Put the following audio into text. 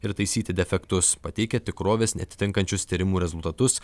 ir taisyti defektus pateikia tikrovės neatitinkančius tyrimų rezultatus